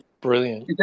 Brilliant